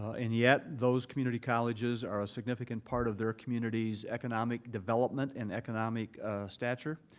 and yet those community colleges are a significant part of their community's economic development and economic stature,